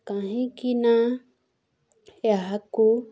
କାହିଁକିନା ଏହାକୁ